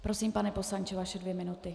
Prosím, pane poslanče, vaše dvě minuty.